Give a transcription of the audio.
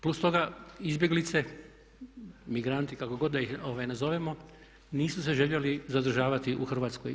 Plus toga izbjeglice, migranti, kako god da ih nazovemo nisu se željeli zadržavati u Hrvatskoj.